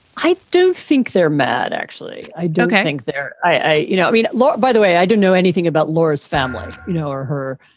i do think they're mad, actually. i don't think they're. i you know read a lot, by the way. i don't know anything about laura's family, you know, or her.